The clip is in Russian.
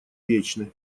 вечны